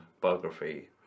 biography